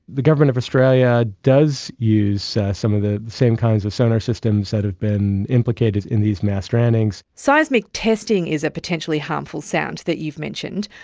the government of australia does use some of the same kinds of sonar systems that have been implicated in these mass strandings. seismic testing is a potentially harmful sound that you've mentioned.